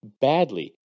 Badly